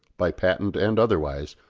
by patent and otherwise,